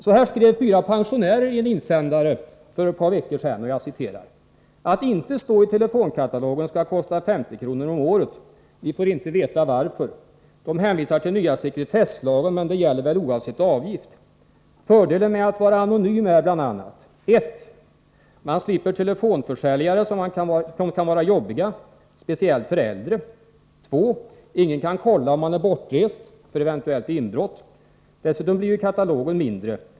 Så här skrev fyra pensionärer i en insändare för ett par veckor sedan: ”Att inte stå i telefonkatalogen skall kosta 50 kr. om året. Vi får inte veta varför. De hänvisar till nya sekretesslagen, men det gäller väl oavsett avgift. Fördelen med att vara anonym är bl.a.: 1. Man slipper telefonförsäljare, som kan vara jobbiga, särskilt för äldre. 2. Ingen kan kolla om man är bortrest, för eventuellt inbrott. Dessutom blir ju katalogen mindre.